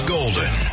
Golden